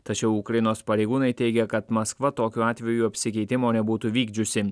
tačiau ukrainos pareigūnai teigia kad maskva tokiu atveju apsikeitimo nebūtų vykdžiusi